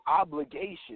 obligation